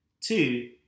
Two